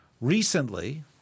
recently